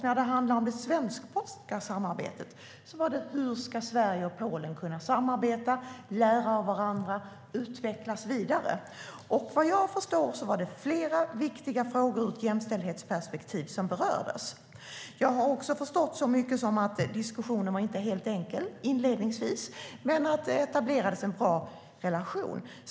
När det handlade om det svensk-polska samarbetet var frågan: Hur ska Sverige och Polen kunna samarbeta, lära av varandra och utvecklas vidare? Vad jag förstår var det flera viktiga frågor ur ett jämställdhetsperspektiv som berördes. Jag har också förstått så mycket som att diskussionen inte var helt enkel inledningsvis men att det etablerades en bra relation.